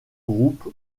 groupe